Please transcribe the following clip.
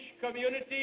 community